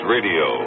Radio